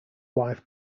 wife